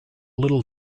little